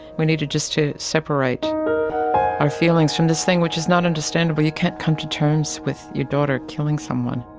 we needed just to separate our feelings from this thing which is not understandable, you can't come to terms with your daughter killing someone.